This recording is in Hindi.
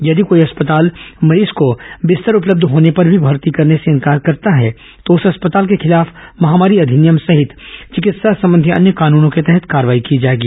यदि कोई अस्पताल मरीज को बिस्तर उपलब्ध होने पर भी भर्ती करने से इंकार करता है तो उस अस्पताल के खिलाफ महामारी अधिनियम सहित चिकित्सा संबंधी अन्य कानूनों के तहत कार्रवाई की जाएगी